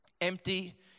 Empty